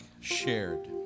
shared